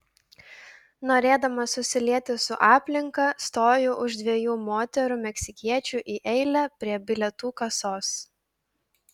norėdamas susilieti su aplinka stoju už dviejų moterų meksikiečių į eilę prie bilietų kasos